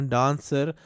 dancer